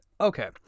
Okay